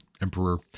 Emperor